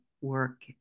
work